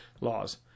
laws